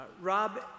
Rob